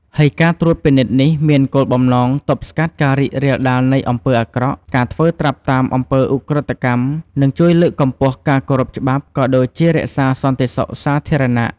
ហើយការត្រួតពិនិត្យនេះមានគោលបំណង ទប់ស្កាត់ការរីករាលដាលនៃអំពើអាក្រក់ ការធ្វើត្រាប់តាមអំពើឧក្រិដ្ឋកម្ម និងជួយលើកកម្ពស់ការគោរពច្បាប់ ក៏ដូចជារក្សាសន្តិសុខសាធារណៈ។